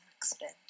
accident